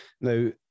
Now